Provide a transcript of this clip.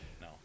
No